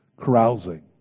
carousing